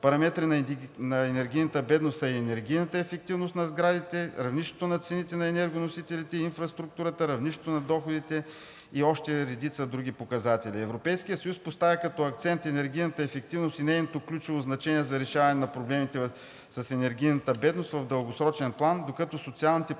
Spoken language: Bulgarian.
Параметри на енергийната бедност са и енергийната ефективност на сградите, равнището на цените на енергоносителите и инфраструктурата, равнището на доходите и още редица други показатели. Европейският съюз поставя като акцент енергийната ефективност и нейното ключово значение за решаване на проблемите с енергийната бедност в дългосрочен план, докато социалните плащания